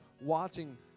watching